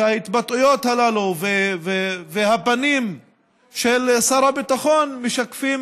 ההתבטאויות הללו והפנים של שר הביטחון משקפים